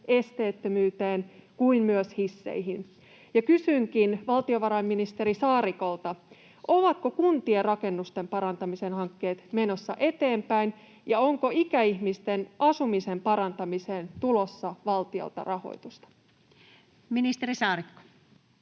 esteettömyyteen kuin myös hisseihin. Kysynkin valtiovarainministeri Saarikolta: ovatko kuntien rakennusten parantamisen hankkeet menossa eteenpäin, ja onko ikäihmisten asumisen parantamiseen tulossa valtiolta rahoitusta? Ministeri Saarikko.